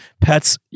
pets